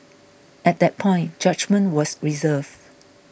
at that point judgement was reserved